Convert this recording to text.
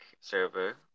server